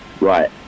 Right